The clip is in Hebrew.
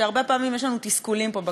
שהרבה פעמים יש לנו תסכולים פה,